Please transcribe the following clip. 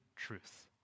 truth